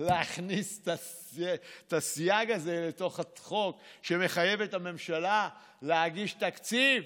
להכניס את הסייג הזה לתוך החוק שמחייב את הממשלה להגיש תקציב